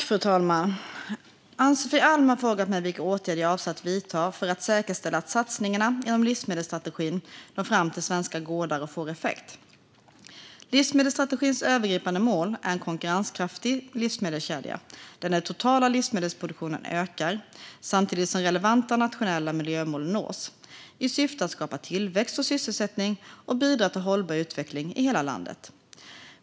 Fru talman! Ann-Sofie Alm har frågat mig vilka åtgärder jag avser att vidta för att säkerställa att satsningarna inom livsmedelsstrategin når fram till svenska gårdar och får effekt. Livsmedelsstrategins övergripande mål är en konkurrenskraftig livsmedelskedja där den totala livsmedelsproduktionen ökar samtidigt som relevanta nationella miljömål nås i syfte att skapa tillväxt och sysselsättning och bidra till hållbar utveckling i hela landet.